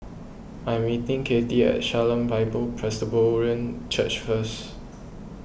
I am meeting Cathey at Shalom Bible Presbyterian Church first